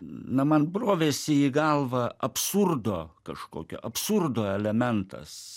na man brovėsi į galvą absurdo kažkokio absurdo elementas